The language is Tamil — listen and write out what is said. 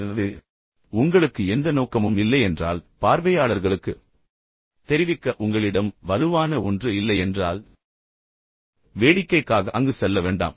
எனவே உங்களுக்கு எந்த நோக்கமும் இல்லையென்றால் பார்வையாளர்களுக்கு தெரிவிக்க உங்களிடம் வலுவான ஒன்று இல்லையென்றால் வேடிக்கைக்காக அங்கு செல்ல வேண்டாம்